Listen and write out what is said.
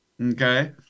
Okay